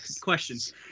questions